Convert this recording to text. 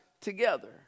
together